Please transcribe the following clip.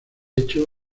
hecho